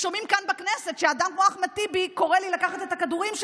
שומעים כאן בכנסת שאדם כמו אחמד טיבי קורא לי לקחת את הכדורים שלי,